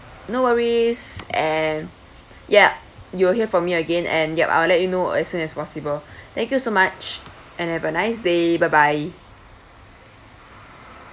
no worries and yup you will hear from me again and yup I will let you know as soon as possible thank you so much and have a nice day bye bye